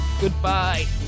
Goodbye